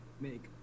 make